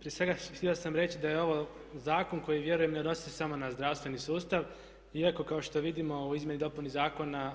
Prije svega htio sam reći da je ovo zakon koji vjerujem ne odnosi se samo na zdravstveni sustav, iako kao što vidimo u izmjeni i dopuni zakona